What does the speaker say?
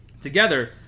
Together